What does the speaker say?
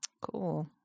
Cool